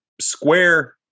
Square